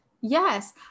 Yes